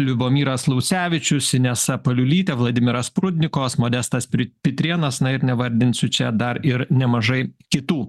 liubomiras laucevičius inesa paliulytė vladimiras prudnikovas modestas pitrėnas na ir nevardinsiu čia dar ir nemažai kitų